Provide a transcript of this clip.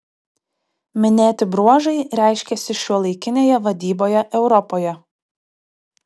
minėti bruožai reiškiasi šiuolaikinėje vadyboje europoje